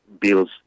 bills